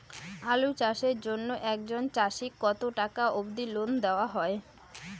আলু চাষের জন্য একজন চাষীক কতো টাকা অব্দি লোন দেওয়া হয়?